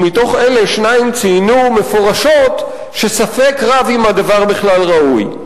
ומתוך אלה שניים ציינו מפורשות שספק רב אם הדבר בכלל ראוי.